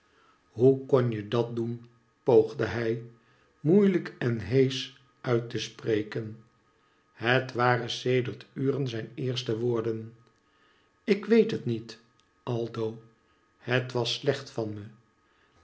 hoe kon je dat doen poogde hij moeilijk en heesch uit te spreken het waren sedert uren zijn eerste woorden ik weet het niet aldo het was slecht van me